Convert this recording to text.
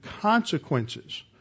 consequences